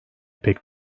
pek